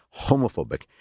homophobic